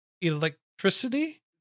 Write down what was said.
electricity